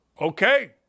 Okay